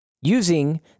using